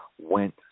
went